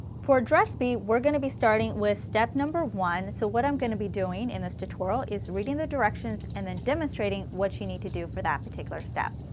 for dress b we're going to be starting with step number one. so what i'm going to be doing in this tutorial is reading the directions and then demonstrating what you need to do for that particular step.